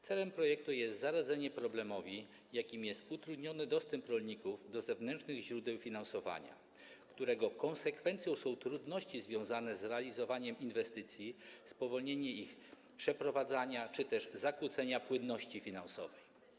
Celem projektu jest zaradzenie problemowi, jakim jest utrudniony dostęp rolników do zewnętrznych źródeł finansowania, czego konsekwencją są trudności związane z realizowaniem inwestycji, spowolnienie ich przeprowadzania czy też zakłócenia płynności finansowych.